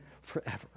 forever